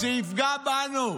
זה יפגע בנו,